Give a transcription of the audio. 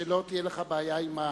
שלא תהיה לך בעיה עם,